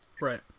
Right